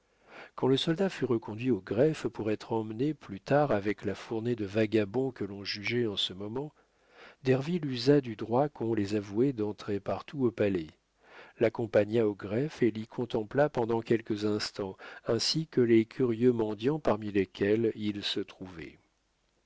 quand le soldat fut reconduit au greffe pour être emmené plus tard avec la fournée de vagabonds que l'on jugeait en ce moment derville usa du droit qu'ont les avoués d'entrer partout au palais l'accompagna au greffe et l'y contempla pendant quelques instants ainsi que les curieux mendiants parmi lesquels il se trouvait